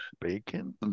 bacon